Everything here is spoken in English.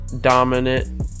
dominant